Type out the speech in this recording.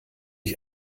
ich